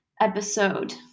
episode